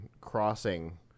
crossing